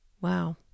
wow